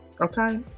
Okay